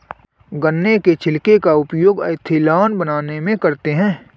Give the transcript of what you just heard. गन्ना के छिलके का उपयोग एथेनॉल बनाने में करते हैं